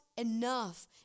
enough